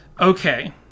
Okay